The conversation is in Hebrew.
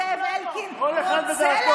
זאב אלקין,